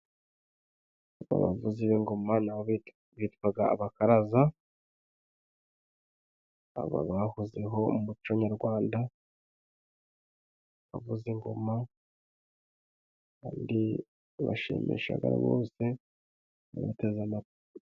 Abavuzi b'ingoma na bitwaga abakaraza. Aba bahozeho mu muco nyarwanda bavuza ingoma. Kandi bashimishaga abantu bose babateze amatwi.